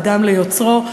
האדם ליוצרו,